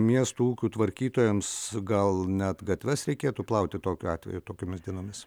miesto ūkių tvarkytojams gal net gatves reikėtų plauti tokiu atveju tokiomis dienomis